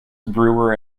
brewer